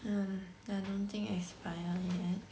um I don't think expire yet